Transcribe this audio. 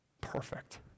Perfect